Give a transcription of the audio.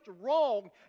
wrong